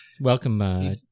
Welcome